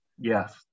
yes